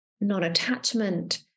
non-attachment